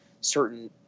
certain